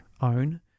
own